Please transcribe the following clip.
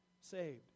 saved